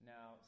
Now